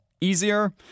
easier